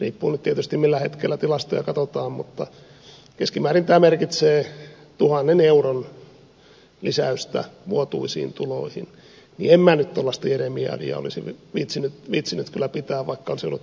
riippuu nyt tietysti millä hetkellä tilastoja katsotaan mutta keskimäärin tuhannen euron lisäyksen vuotuisiin tuloihin niin en minä nyt tuollaista jeremiadia olisi nyt viitsinyt kyllä pitää vaikka olisin ollut opposition edustajakin